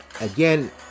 again